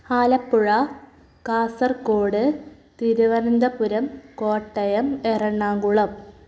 Alappuzha Kasaragod Thiruvananthapuram Kottayam Ernakulam